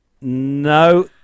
No